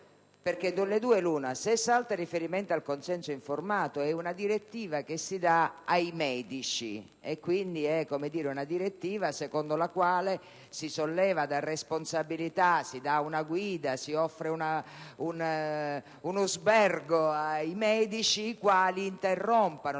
perché delle due l'una: se salta il riferimento al consenso informato si tratta di una direttiva che si dà ai medici, e quindi è una direttiva che solleva dalla responsabilità, si dà una guida, si offre un usbergo ai medici, i quali interrompono